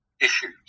issues